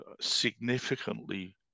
significantly